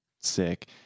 sick